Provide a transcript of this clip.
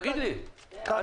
קודם כל,